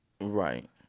Right